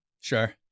Sure